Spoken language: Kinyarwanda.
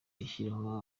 rishyiraho